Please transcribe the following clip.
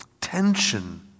tension